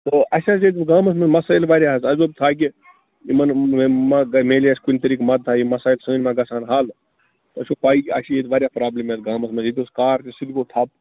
تہٕ اَسہِ حظ ییٚتہِ گامَس منٛز مسٲیِل وارِیاہ حظ اَسہِ دوٚپ تاکہِ یِمن ما میلہِ اَسہِ کُنہِ طریٖقہٕ مدتھا یہِ مصایِب سٲنۍ ما گَژھن حل تۅہہِ چھُو پیی اَسہِ چھِ ییٚتہِ وارِیاہ پرٛابلِم یَتھ گامس منٛز ییٚتہِ اوس کار تہِ سُہ تہِ گوٚو ٹھپ